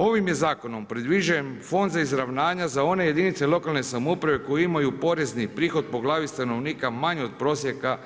Ovim je zakonom predviđen fond izravnanja za one jedinice lokalne samouprave koji imaju porezni prihod po glavi stanovnika manji od prosjeka